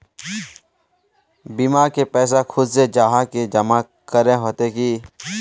बीमा के पैसा खुद से जाहा के जमा करे होते की?